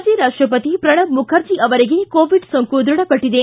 ಮಾಜಿ ರಾಷ್ಟಪತಿ ಪ್ರಣಬ್ ಮುಖರ್ಜಿ ಅವರಿಗೆ ಕೋವಿಡ್ ಸೋಂಕು ದೃಢಪಟ್ಟಿದೆ